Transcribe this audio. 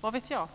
Vad vet jag.